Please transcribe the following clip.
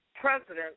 president